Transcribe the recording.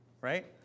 Right